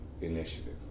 initiative